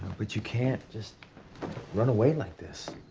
but you can't just run away like this.